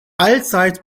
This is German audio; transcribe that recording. allseits